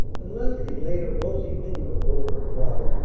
and leslie laid a rosy finger over her brow,